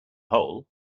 whole